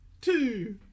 two